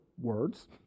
words